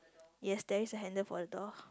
yes there's a handle for the door